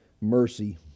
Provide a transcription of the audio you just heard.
mercy